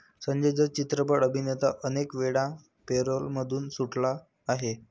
संजय दत्त चित्रपट अभिनेता अनेकवेळा पॅरोलमधून सुटला आहे